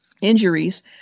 injuries